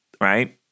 right